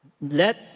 Let